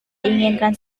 inginkan